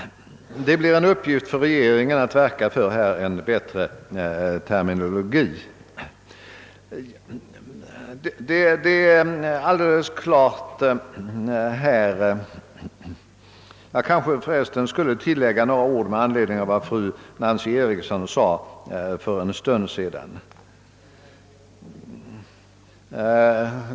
— Den blir en uppgift för regeringen att verka för en bättre terminologi härvidlag. Jag skall tillägga några ord med anledning av vad fru Nancy Eriksson sade för en stund sedan.